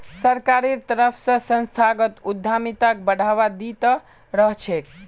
सरकारेर तरफ स संस्थागत उद्यमिताक बढ़ावा दी त रह छेक